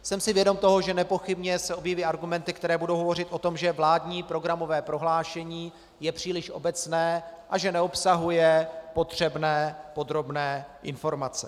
Jsem si vědom toho, že se nepochybně objeví argumenty, které budou hovořit o tom, že vládní programové prohlášení je příliš obecné a že neobsahuje potřebné podrobné informace.